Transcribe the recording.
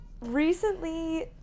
recently